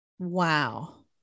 Wow